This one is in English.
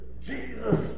Jesus